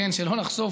שלא נחשוף,